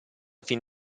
fin